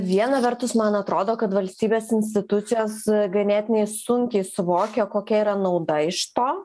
viena vertus man atrodo kad valstybės institucijos ganėtinai sunkiai suvokia kokia yra nauda iš to